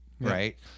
Right